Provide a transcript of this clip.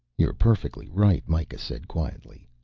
you're perfectly right, mikah said quietly.